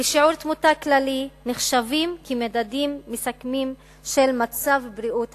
ושיעור תמותה כללי נחשבים כמדדים מסכמים של מצב בריאות האוכלוסייה,